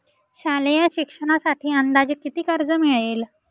शालेय शिक्षणासाठी अंदाजे किती कर्ज मिळेल?